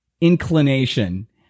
Inclination